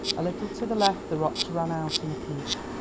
a little to the left the rocks ran out in a peak,